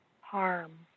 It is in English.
harm